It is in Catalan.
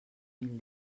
mil